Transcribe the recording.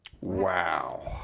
Wow